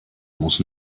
muss